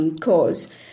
Cause